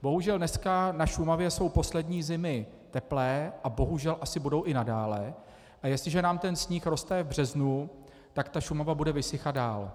Bohužel dneska na Šumavě jsou poslední zimy teplé a bohužel asi budou i nadále, a jestliže nám sníh roztaje v březnu, tak Šumava bude vysychat dál.